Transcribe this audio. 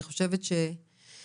אני חושבת שלשלם,